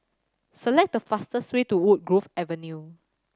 select the fastest way to Woodgrove Avenue